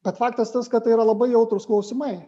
bet faktas tas kad tai yra labai jautrūs klausimai